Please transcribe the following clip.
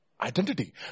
identity